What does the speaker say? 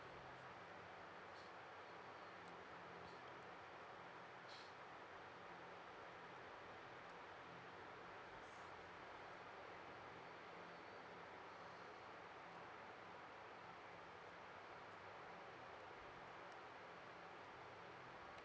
uh